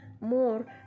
more